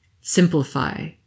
Simplify